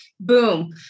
boom